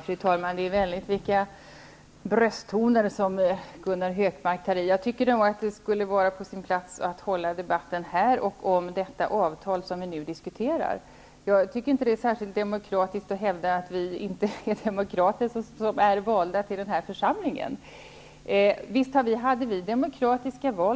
Fru talman! Det är väldigt med vilka brösttoner som Gunnar Hökmark tar i. Jag tycker att det skulle vara på sin plats att hålla debatten här om det avtal som vi diskuterar. Det är inte särskilt demokratiskt att hävda att vi som är valda till den här församlingen inte är demokrater. Visst har vi,